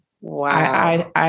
Wow